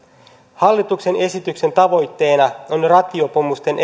hallituksen esityksen tavoitteena on rattijuopumusten